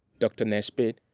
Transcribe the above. dr. nesbitt,